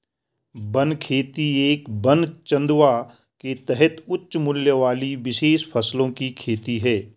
one खेती एक वन चंदवा के तहत उच्च मूल्य वाली विशेष फसलों की खेती है